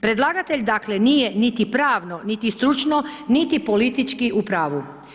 Predlagatelj dakle nije niti pravno, niti stručno, niti politički u pravu.